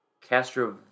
Castro